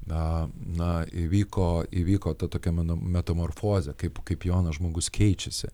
na na įvyko įvyko ta tokia mano metamorfozė kaip kaip jaunas žmogus keičiasi